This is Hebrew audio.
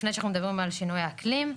לפני שאנחנו מדברים של שינוי האקלים.